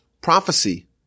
prophecy